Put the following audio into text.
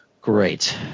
Great